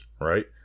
right